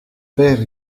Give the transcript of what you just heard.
père